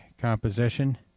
composition